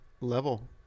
level